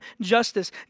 justice